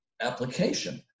application